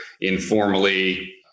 informally